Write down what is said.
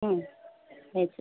ಹ್ಞೂ ಆಯಿತು